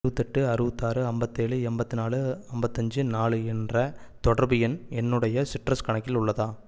எழுபத்தெட்டு அறுபத்தாறு ஐம்பத்தேழு எண்பத்து நாலு ஐம்பத்தஞ்சு நாலு என்ற தொடர்பு எண் என்னுடைய சிட்ரஸ் கணக்கில் உள்ளதா